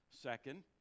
second